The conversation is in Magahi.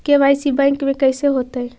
के.वाई.सी बैंक में कैसे होतै?